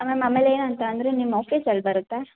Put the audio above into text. ma'am ಆಮೇಲೆ ಏನು ಅಂತಂದರೆ ನಿಮ್ಮ ಆಫೀಸ್ ಎಲ್ಲಿ ಬರುತ್ತೆ